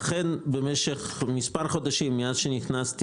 אכן במשך מספר חודשים מאז שנכנסתי